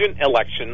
election